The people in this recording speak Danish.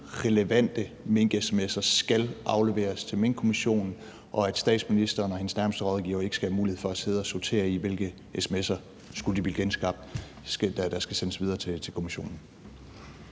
relevante mink-sms'er skal afleveres til Minkkommissionen, og at statsministeren og hendes nærmeste rådgivere ikke skal have mulighed for at sidde og sortere i, hvilke sms'er – skulle de blive genskabt – der skal sendes videre til kommissionen.